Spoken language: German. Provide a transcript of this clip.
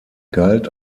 galt